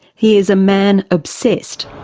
he is a man obsessed.